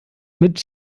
mit